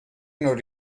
non